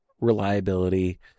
reliability